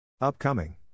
Upcoming